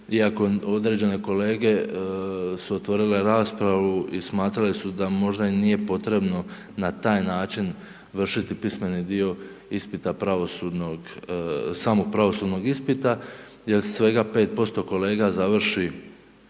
iako određene kolege su otvorile raspravu i smatrali su da možda i nije potrebno na taj način vršiti pismeni dio ispita pravosudnog, samog pravosudnog ispita jer se svega 5% kolega završi